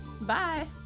bye